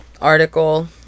article